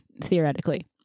theoretically